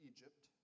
Egypt